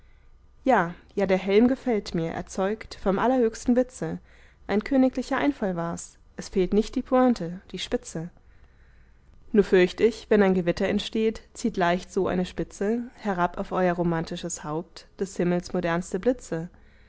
ja ja der helm gefällt mir er zeugt vom allerhöchsten witze ein königlicher einfall war's es fehlt nicht die pointe die spitze nur fürcht ich wenn ein gewitter entsteht zieht leicht so eine spitze herab auf euer romantisches haupt des himmels modernste blitze